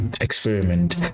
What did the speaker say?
experiment